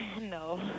No